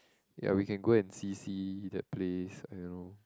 ya we can go and see see that place I don't know